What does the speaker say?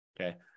Okay